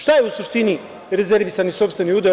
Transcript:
Šta je u suštini rezervisani sopstveni udeo?